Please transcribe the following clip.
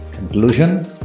Conclusion